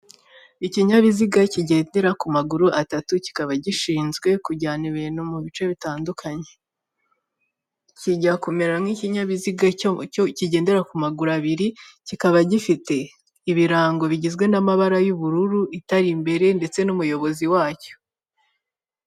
Ikinyabiziga kigendera ku maguru atatu, kikaba gishinzwe kujyana ibintu mu bice bitandukanye. Kijya kumera nk'ikinyabiziga kigendera ku maguru abiri, kikaba gifite ibirango bigizwe n'amabara y'ubururu, itara imbere ndetse n'umuyobozi wacyo.